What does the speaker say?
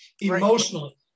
emotionally